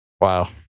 Wow